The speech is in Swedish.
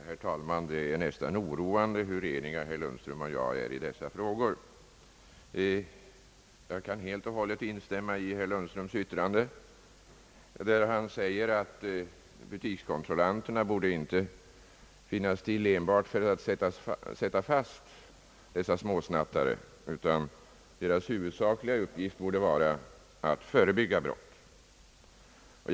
Herr talman! Det är nästan oroande hur eniga herr Lundström och jag är i dessa frågor. Jag kan helt och hållet instämma i herr Lundströms yttrande, när han säger att butikskontrollanterna inte borde finnas till enbart för att sätta fast småsnattare, utan deras huvudsakliga uppgift borde vara att förebygga snatterierna.